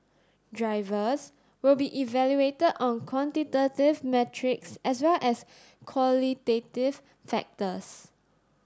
drivers will be evaluated on quantitative metrics as well as qualitative factors